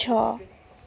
छ